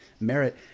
merit